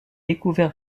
découvert